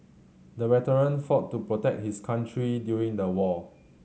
the veteran fought to protect his country during the war